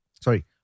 Sorry